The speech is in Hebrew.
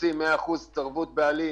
רוצים 100% ערבות בעלים